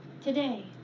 today